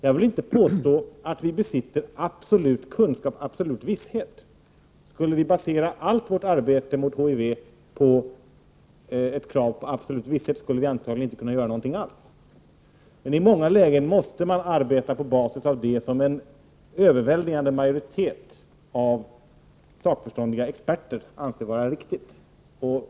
Jag vill inte påstå att vi besitter absolut kunskap, absolut visshet. Skulle vi basera allt vårt arbete mot HIV på ett krav på absolut visshet, skulle vi antagligen inte kunna göra någonting alls. Men i många lägen måste man arbeta på basis av det som en överväldigande majoritet av sakförståndiga experter anser vara riktigt.